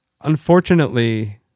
unfortunately